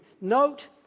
Note